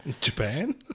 Japan